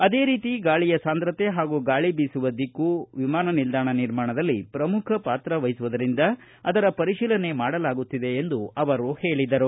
ಅದೇ ರೀತಿ ಗಾಳಿಯ ಸಾಂದ್ರತೆ ಹಾಗೂ ಗಾಳಿ ಬೀಸುವ ದಿಕ್ಕು ವಿಮಾನ ನಿಲ್ದಾಣ ನಿರ್ಮಾಣದಲ್ಲಿ ಪ್ರಮುಖ ಪಾತ್ರವಹಿಸುವುದರಿಂದ ಅದರ ಪರಿಶೀಲನೆ ಮಾಡಲಾಗುತ್ತಿದೆ ಎಂದು ಅವರು ಹೇಳಿದರು